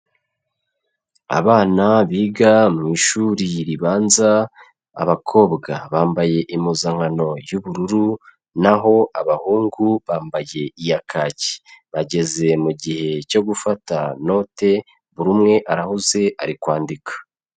Abana biga mu ishuri ribanza, abakobwa bambaye impuzankano y'ubururu naho abahungu bambaye iya kaki, bageze mu gihe cyo gufata note, buri umwe arahuze ari kwandika.